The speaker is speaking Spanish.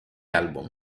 álbum